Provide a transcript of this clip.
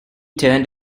turned